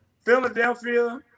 Philadelphia